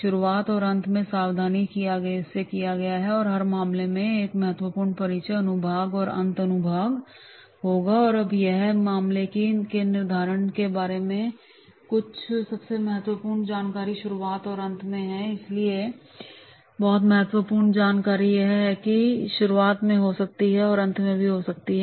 शुरुआत और अंत में सावधानी से किया गया और हर मामले में एक महत्वपूर्ण परिचय अनुभाग और अंत अनुभाग है अब यहाँ है कि मामले के निर्धारण के बारे में कुछ सबसे महत्वपूर्ण जानकारी शुरुआत और अंत में है इसलिए बहुत महत्वपूर्ण जानकारी या तो शुरुआत में हो सकती है या अंत में हो सकती है